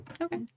Okay